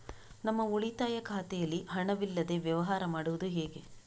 ನಮ್ಮ ಉಳಿತಾಯ ಖಾತೆಯಲ್ಲಿ ಹಣವಿಲ್ಲದೇ ವ್ಯವಹಾರ ಮಾಡುವುದು ಹೇಗೆ?